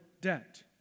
debt